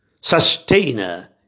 sustainer